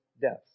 deaths